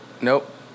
Nope